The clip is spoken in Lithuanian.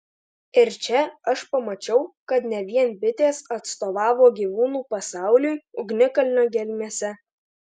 ir čia aš pamačiau kad ne vien bitės atstovavo gyvūnų pasauliui ugnikalnio gelmėse